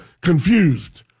confused